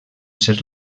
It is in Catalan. ser